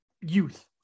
youth